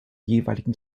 jeweiligen